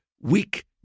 weak